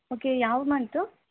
okay ಯಾವ month